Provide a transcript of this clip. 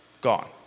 Gone